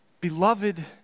beloved